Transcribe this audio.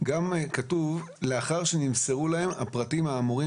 כתוב "לאחר שנמסרו להם הפרטים האמורים